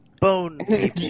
Bone